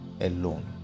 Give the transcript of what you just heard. alone